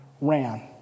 ran